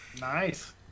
nice